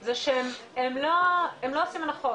זה שהם לא עושים הנחות,